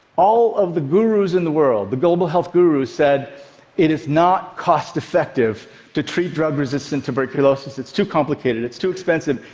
all of the gurus in the world, the global health gurus, said it is not cost-effective to treat drug-resistant tuberculosis. it's too complicated. it's too expensive.